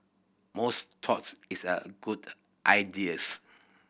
most thoughts is a good ideas